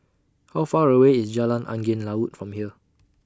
How Far away IS Jalan Angin Laut from here